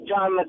John